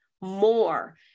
more